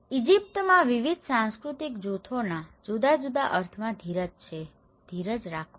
ઇજિપ્તના વિવિધ સાંસ્કૃતિક જૂથોના જુદા જુદા અર્થોમાં ધીરજ છે ધીરજ રાખો